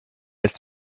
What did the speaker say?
ist